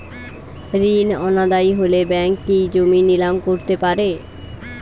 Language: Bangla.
ঋণ অনাদায়ি হলে ব্যাঙ্ক কি জমি নিলাম করতে পারে?